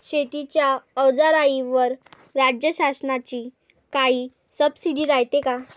शेतीच्या अवजाराईवर राज्य शासनाची काई सबसीडी रायते का?